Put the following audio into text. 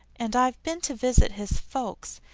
and i've been to visit his folks,